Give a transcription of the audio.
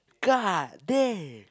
god damn